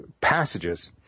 passages